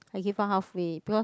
I give up half way because